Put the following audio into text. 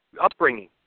upbringing